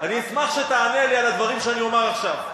אני אשמח שתענה לי על דברים שאני אומר עכשיו.